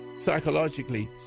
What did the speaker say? psychologically